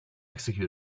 execute